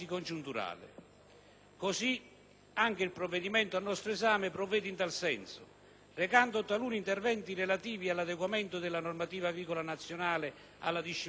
Così anche il provvedimento al nostro esame provvede in tal senso, recando taluni interventi relativi all'adeguamento della normativa agricola nazionale alla disciplina comunitaria,